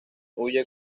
huye